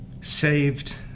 saved